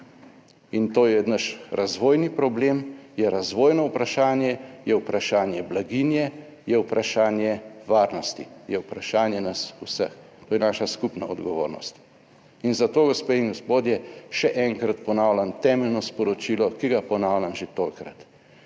In to je naš razvojni problem, je razvojno vprašanje, je vprašanje blaginje, je vprašanje varnosti, je vprašanje nas vseh - to je naša skupna odgovornost. Zato, gospe in gospodje, še enkrat ponavljam temeljno sporočilo, ki ga ponavljam že tolikokrat,